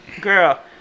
girl